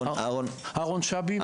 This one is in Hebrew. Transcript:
אהרון שבי,